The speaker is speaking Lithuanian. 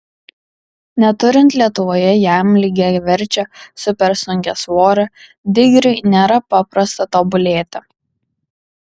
neturint lietuvoje jam lygiaverčio supersunkiasvorio digriui nėra paprasta tobulėti